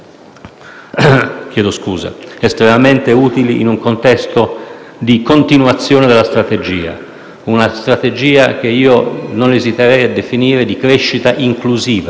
però essere estremamente utili in un contesto di continuazione della strategia; una strategia che non esiterei a definire di crescita inclusiva,